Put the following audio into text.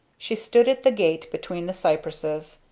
she stood at the gate between the cypresses,